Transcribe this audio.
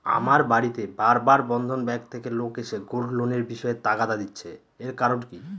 আমার বাড়িতে বার বার বন্ধন ব্যাংক থেকে লোক এসে গোল্ড লোনের বিষয়ে তাগাদা দিচ্ছে এর কারণ কি?